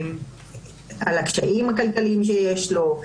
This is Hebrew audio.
על הקשיים הכלכליים שיש לו,